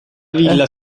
villa